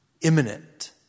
Imminent